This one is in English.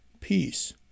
peace